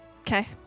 Okay